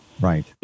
Right